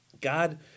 God